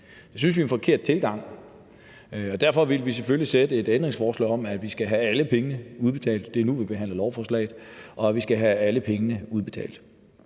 Det synes vi er en forkert tilgang, og derfor vil vi selvfølgelig stille et ændringsforslag om, at vi skal have alle pengene udbetalt; det er nu, vi behandler lovforslaget. I Nye Borgerlige har